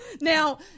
Now